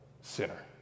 sinner